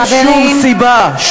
אין שום סיבה,